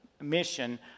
mission